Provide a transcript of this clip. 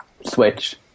switch